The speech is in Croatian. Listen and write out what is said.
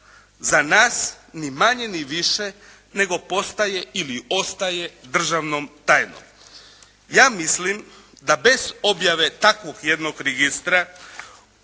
za nas ni manje ni više nego postaje ili ostaje državnom tajnom. Ja mislim da bez objave takvog jednog registra